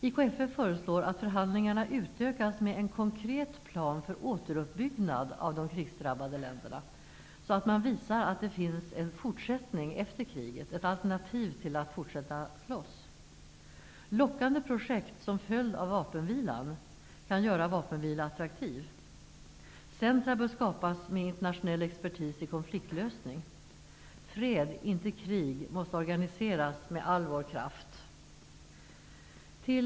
IKFF föreslår att förhandlingarna utökas med en konkret plan för återuppbyggnad av de krigsdrabbade länderna, så att man visar att det finns en fortsättning efter kriget, ett alternativ till att fortsätta att slåss. Lockande projekt som följd av vapenvilan, kan göra vapenvila attraktiv. Centrum bör skapas med internationell expertis på konfliktlösning. Fred -- inte krig -- måste organiseras med all vår kraft. Herr talman!